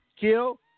kill